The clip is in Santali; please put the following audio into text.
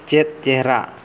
ᱪᱮᱫ ᱪᱮᱦᱨᱟ